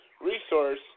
resource